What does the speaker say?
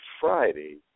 Friday